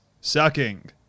sucking